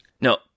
No